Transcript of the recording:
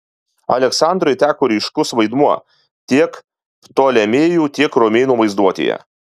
aleksandrui teko ryškus vaidmuo tiek ptolemėjų tiek romėnų vaizduotėje